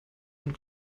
sind